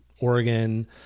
Oregon